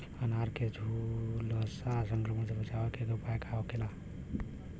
अनार के झुलसा संक्रमण से बचावे के उपाय का होखेला?